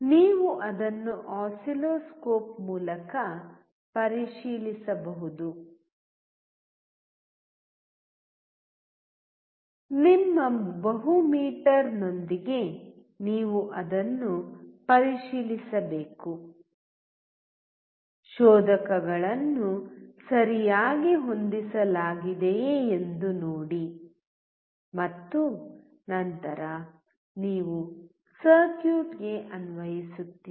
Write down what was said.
ನೀವು ಅದನ್ನು ಆಸಿಲ್ಲೋಸ್ಕೋಪ್ ಮೂಲಕ ಪರಿಶೀಲಿಸಬೇಕು ನಿಮ್ಮ ಬಹು ಮೀಟರ್ನೊಂದಿಗೆ ನೀವು ಅದನ್ನು ಪರಿಶೀಲಿಸಬೇಕು ಶೋಧಕಗಳನ್ನು ಸರಿಯಾಗಿ ಹೊಂದಿಸಲಾಗಿದೆಯೇ ಎಂದು ನೋಡಿ ಮತ್ತು ನಂತರ ನೀವು ಸರ್ಕ್ಯೂಟ್ಗೆ ಅನ್ವಯಿಸುತ್ತೀರಿ